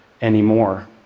anymore